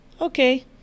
Okay